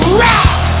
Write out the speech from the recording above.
rock